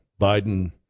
Biden